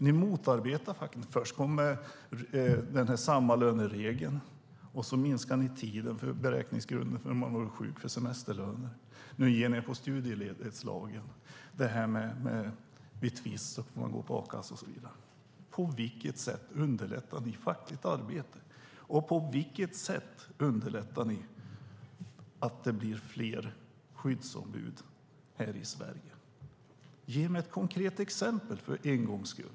Ni motarbetar facket. Först handlade det om sammalöneregeln, där ni minskade den tid som sjukdom är semesterlönegrundande. Nu ger ni er på studieledighetslagen, och så har vi det här med att man vid tvist får gå på a-kassa i stället för att få lön och så vidare. På vilket sätt underlättar ni fackligt arbete, och på vilket sätt underlättar ni att det blir fler skyddsombud i Sverige? Ge mig ett konkret exempel för en gångs skull!